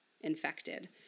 infected